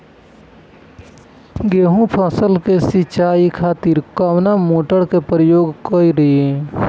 गेहूं फसल के सिंचाई खातिर कवना मोटर के प्रयोग करी?